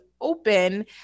open